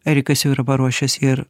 erikas jau yra paruošęs ir